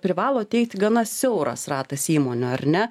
privalo teikti gana siauras ratas įmonių ar ne